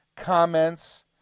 comments